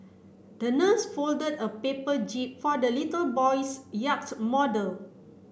the nurse folded a paper jib for the little boy's yacht model